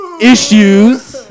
issues